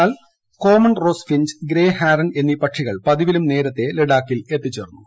എന്നാൽ common rosefinch grey heron എന്നീ പക്ഷികൾ പതിവിലും നേരത്തെ ലഡാക്കിൽ എത്തിച്ചേർന്നു